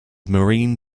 marine